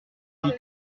ainsi